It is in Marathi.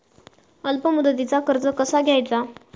अल्प मुदतीचा कर्ज कसा घ्यायचा?